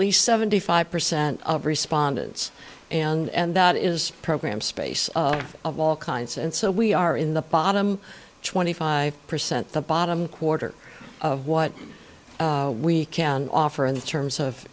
least seventy five percent of respondents and that is program space of all kinds and so we are in the bottom twenty five percent the bottom quarter of what we can offer in terms of